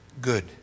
Good